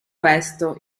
questo